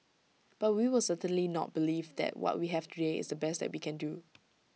but we will certainly not believe that what we have today is the best that we can do